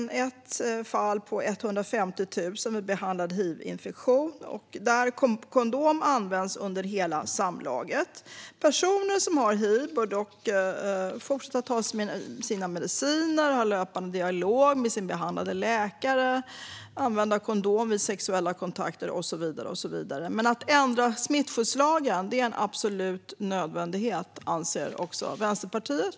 Det är 1 fall på 150 000 vid behandlad hivinfektion och där kondom används under hela samlaget. Personer som har hiv bör dock fortsätta att ta sina mediciner, ha löpande dialog med sin behandlande läkare, använda kondom vid sexuella kontakter och så vidare. Men att ändra smittskyddslagen är en absolut nödvändighet anser Vänsterpartiet.